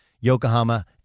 Yokohama